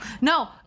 No